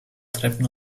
treppen